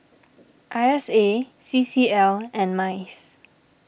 I S A C C L and Mice